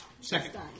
Second